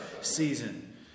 season